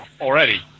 already